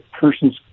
person's